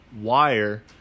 wire